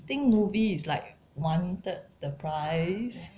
think movie is like one third the price